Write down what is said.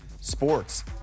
sports